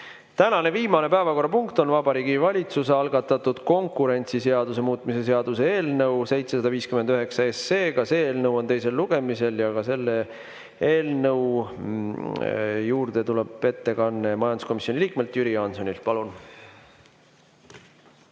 Tänane viimane päevakorrapunkt on Vabariigi Valitsuse algatatud konkurentsiseaduse muutmise seaduse eelnõu 759. Ka see eelnõu on teisel lugemisel ja ka selle eelnõu ettekanne tuleb majanduskomisjoni liikmelt Jüri Jaansonilt. Palun!